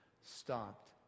stopped